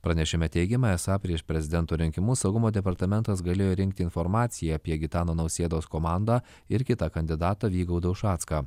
pranešime teigiama esą prieš prezidento rinkimus saugumo departamentas galėjo rinkti informaciją apie gitano nausėdos komandą ir kitą kandidatą vygaudą ušacką